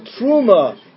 truma